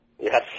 Yes